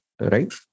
right